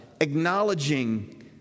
acknowledging